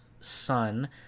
son